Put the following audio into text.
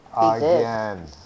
Again